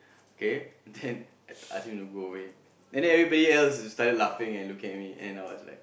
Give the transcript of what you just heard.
okay then I ask him to go away and then everybody else just started laughing and looking at me and I was like